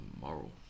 moral